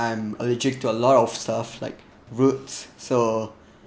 I'm allergic to a lot of stuff like roots so